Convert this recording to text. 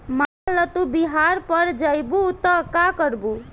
मान ल तू बिहार पड़ जइबू त का करबू